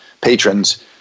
patrons